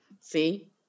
See